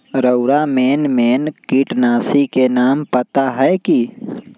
रउरा main main किटनाशी के नाम पता हए कि?